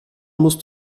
musst